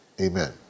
Amen